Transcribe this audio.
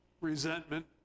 resentment